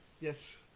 Yes